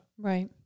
Right